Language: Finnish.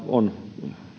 on